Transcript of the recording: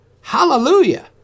Hallelujah